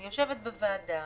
אני יושבת בוועדה